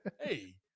hey